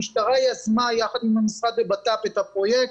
המשטרה יזמה יחד עם המשרד לבט"פ את הפרויקט,